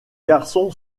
garçon